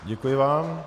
Děkuji vám.